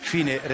Fine